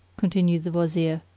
continued the wazir,